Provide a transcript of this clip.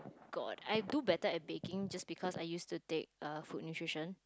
god I do better at baking just because I used to take err food nutrition